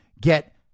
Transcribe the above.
get